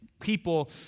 people